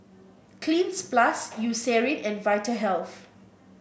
Cleanz Plus Eucerin and Vitahealth